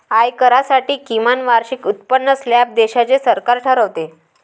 आयकरासाठी किमान वार्षिक उत्पन्न स्लॅब देशाचे सरकार ठरवते